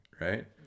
right